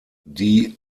die